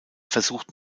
versucht